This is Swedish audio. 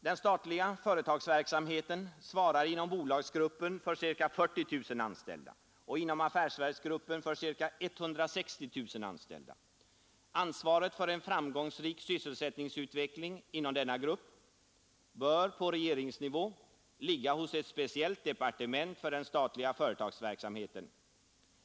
Den statliga företagsverksamheten inom bolagsgruppen svarar för ca 40 000 anställda och inom affärsverksgruppen för ca 160 000 anställda. Ansvaret för en framgångsrik sysselsättningsutveckling inom denna grupp bör på regeringsnivå ligga hos ett speciellt departement för den statliga företagsverksamheten.